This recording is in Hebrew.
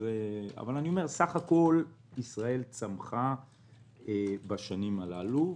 אבל סך הכול ישראל צמחה בשנים הללו.